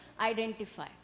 identify